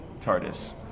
Tardis